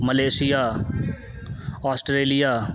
Malaysia Australia